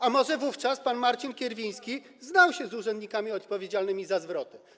A może wówczas pan Marcin Kierwiński znał się z urzędnikami odpowiedzialnymi za zwroty?